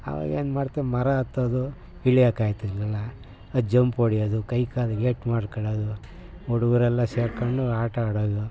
ಆವಾಗೇನು ಮಾಡ್ತೇವೆ ಮರ ಹತ್ತೋದು ಇಳಿಯೋಕ್ಕಾಗ್ತಿರ್ಲಿಲ್ಲ ಅದು ಜಂಪ್ ಹೊಡ್ಯೋದು ಕೈ ಕಾಲ್ಗೆ ಏಟು ಮಾಡ್ಕೊಳ್ಳೋದು ಹುಡುಗರೆಲ್ಲ ಸೇರಿಕೊಂಡು ಆಟ ಆಡೋದು